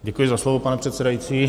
Děkuji za slovo, pane předsedající.